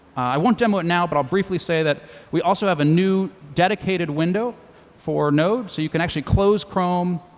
i won't demo it now, but i'll briefly say that we also have a new dedicated window for node. so you can actually close chrome,